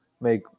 make